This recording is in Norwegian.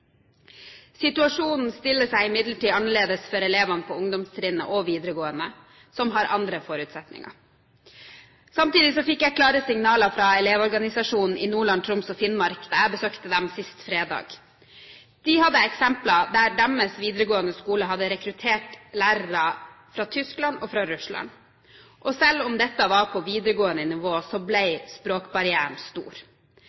Situasjonen stiller seg imidlertid annerledes for elevene på ungdomstrinnet og videregående, som har andre forutsetninger. Samtidig fikk jeg klare signaler fra Elevorganisasjonen i Nordland, Troms og Finnmark da jeg besøkte dem sist fredag. De hadde eksempler der deres videregående skole hadde rekruttert lærere fra Tyskland og fra Russland. Selv om dette var på videregående nivå,